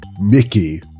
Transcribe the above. Mickey